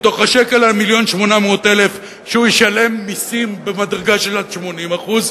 מתוך מיליון השקל ו-800,000 שהוא ישלם מסים במדרגה של עד 80%?